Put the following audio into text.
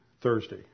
Thursday